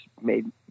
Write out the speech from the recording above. made